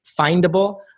findable